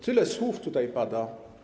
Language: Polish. Tyle słów tutaj pada.